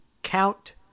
Count